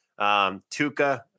Tuca